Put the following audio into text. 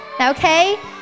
okay